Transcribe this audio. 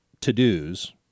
to-dos